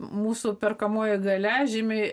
mūsų perkamoji galia žymiai